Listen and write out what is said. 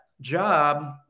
job